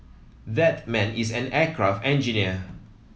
that man is an aircraft engineer